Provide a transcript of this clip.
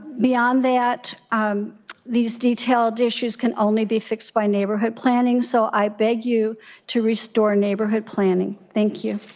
beyond that um these detailed issues can only be fixed by neighborhood planning. so i beg you to restore neighborhood planning. thank you.